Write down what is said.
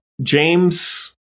James